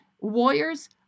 warriors